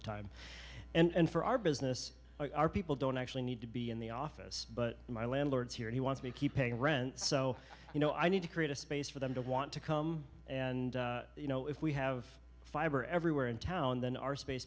a time and for our business our people don't actually need to be in the office but my landlords here he wants me to keep paying rent so you know i need to create a space for them to want to come and you know if we have fiber everywhere in town then our space